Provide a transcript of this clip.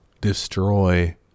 destroy